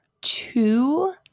two